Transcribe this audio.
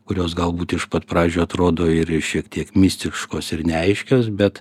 kurios galbūt iš pat pradžių atrodo ir šiek tiek mistiškos ir neaiškios bet